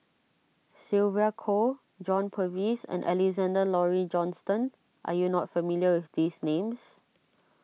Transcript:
Sylvia Kho John Purvis and Alexander Laurie Johnston are you not familiar with these names